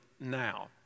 now